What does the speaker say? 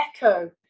echo